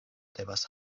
devas